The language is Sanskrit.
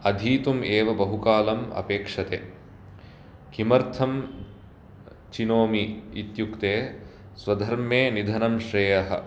अधीतुं एव बहुकालं अपेक्षते किमर्थं चिनोमि इत्युक्ते स्वधर्मे निधनं श्रेयः